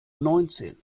neunzehn